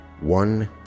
one